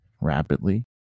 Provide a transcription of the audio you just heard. rapidly